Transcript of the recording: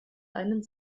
einen